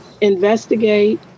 investigate